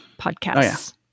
podcasts